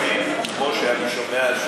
כמו שאני שומע,